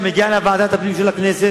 ציבור שמגיע לוועדת הפנים של הכנסת,